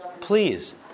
Please